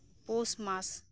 ᱯᱳᱥᱢᱟᱥ